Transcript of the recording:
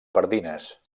pardines